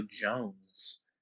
jones